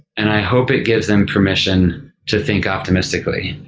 and i hope it gives them permission to think optimistically.